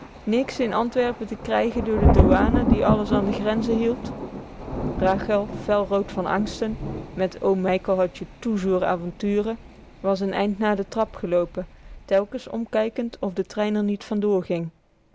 niks in antwerpen te krijge kam door de douane die alles an de grenze hield rachel fel rood van angsten met oom mijkel had je toejoer avonture was n eind na de trap geloopen telkens omkijkend of de trein r niet vandoor ging